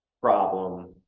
problem